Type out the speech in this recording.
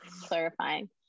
clarifying